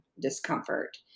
discomfort